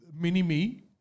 Mini-Me